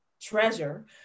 treasure